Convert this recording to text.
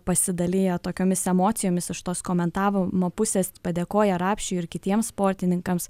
pasidalija tokiomis emocijomis iš tos komentavomo nuo pusės padėkoja rapšiui ir kitiems sportininkams